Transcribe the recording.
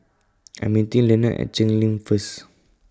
I Am meeting Lenon At Cheng Lim First